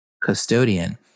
custodian